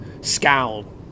scowl